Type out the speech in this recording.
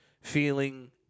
feeling